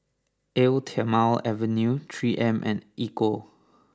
Eau Thermale Avene Three M and Ecco